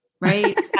right